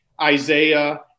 Isaiah